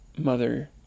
mother